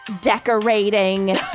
decorating